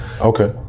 Okay